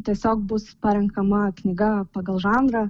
tiesiog bus parenkama knyga pagal žanrą